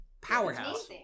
Powerhouse